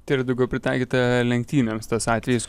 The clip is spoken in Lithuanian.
tai yra daugiau pritaikyta lenktynėms tas atvejis